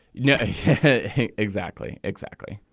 no exactly exactly.